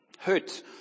Hurt